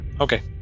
Okay